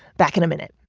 back in a minute